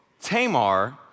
Tamar